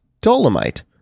Dolomite